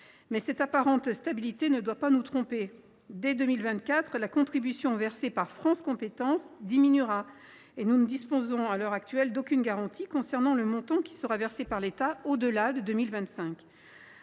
Mais cette apparente stabilité ne doit pas nous tromper : dès 2024, la contribution versée par France Compétences diminuera, et nous ne disposons à l’heure actuelle d’aucune garantie concernant le montant qui sera versé par l’État au delà de 2025.